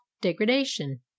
degradation